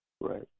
Right